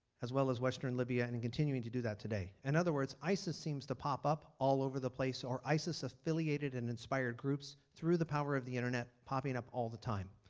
as well as western libya and and continuing to do that today. in other words, isis seems to pop up all over the place or isis affiliated and inspired groups through the power of the internet popping up all of the time.